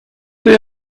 day